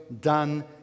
done